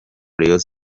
rayons